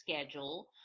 schedule